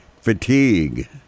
fatigue